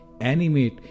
animate